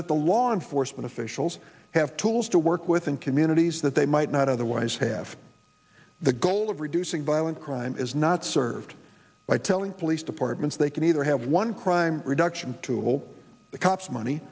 that the law enforcement officials have tools to work with in communities that they might not otherwise have the goal of reducing violent crime is not served by telling police departments they can either have one crime reduction tool the cops money